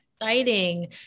exciting